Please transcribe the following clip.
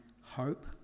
hope